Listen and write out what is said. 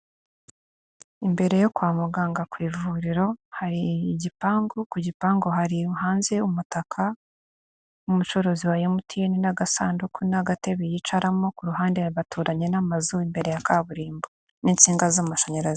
Imbere yo kwa muganga ku ivuriro hari igipangu, ku gipangu hari hanze umutaka w'umucuruzi wa MTN n'agasanduku n'agatebe yicaramo ku ruhande baturanye n'amazu imbere ya kaburimbo n'insinga z'amashanyarazi.